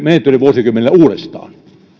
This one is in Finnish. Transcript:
menetetylle vuosikymmenelle uudestaan